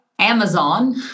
Amazon